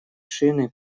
шины